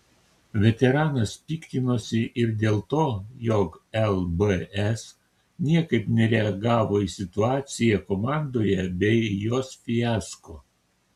veteranas piktinosi ir dėl to jog lbs niekaip nereagavo į situaciją komandoje bei jos fiasko